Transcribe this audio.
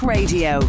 Radio